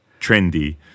trendy